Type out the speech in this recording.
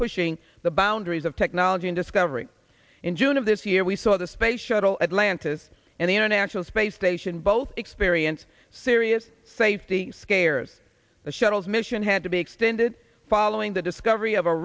pushing the boundaries of technology and discovery in june of this year we saw the space shuttle atlantis and the international space station both experience serious safety scares the shuttle's mission had to be extended following the discovery of a